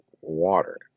water